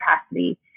capacity